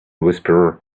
whisperer